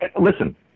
listen